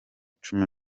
cumi